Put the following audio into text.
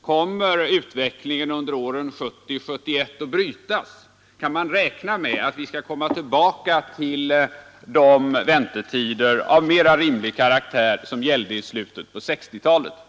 Kommer utvecklingen under åren 1970 och 1971 att brytas? Kan man räkna med att vi skall komma tillbaka till de väntetider av mera rimlig karaktär som gällde i slutet av 1960-talet?